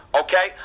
okay